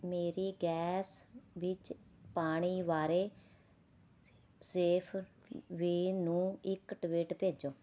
ਮੇਰੀ ਗੈਸ ਵਿੱਚ ਪਾਣੀ ਬਾਰੇ ਸੇਫ਼ਵੇਅ ਨੂੰ ਇੱਕ ਟਵੀਟ ਭੇਜੋ